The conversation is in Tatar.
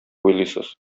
уйлыйсыз